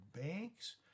banks